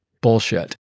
bullshit